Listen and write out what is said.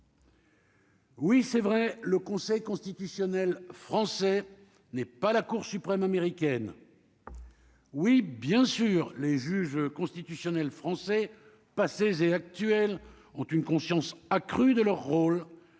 Oui, c'est vrai, le conseil constitutionnel français n'est pas la Cour suprême américaine oui, bien sûr, les juges constitutionnels français passés et actuels ont une conscience accrue de leur rôle